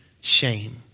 shame